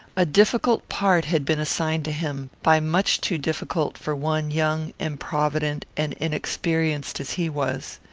a difficult part had been assigned to him by much too difficult for one young, improvident, and inexperienced as he was.